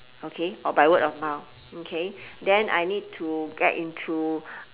okay or by word of mouth okay then I need to get into